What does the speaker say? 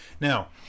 Now